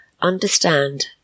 understand